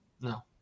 No